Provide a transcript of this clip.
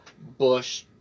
Bush